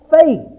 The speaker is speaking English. faith